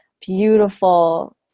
beautiful